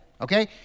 Okay